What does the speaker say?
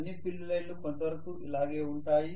అన్ని ఫీల్డ్ లైన్లు కొంతవరకు ఇలాగే ఉంటాయి